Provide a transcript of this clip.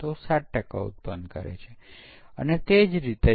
અને ભૂલની દરેક કેટેગરી માટે આપણે અસરકારક પરીક્ષણની રચના કરી શકીએ છીએ